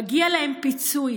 מגיע להם פיצוי.